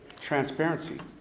Transparency